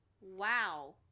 Wow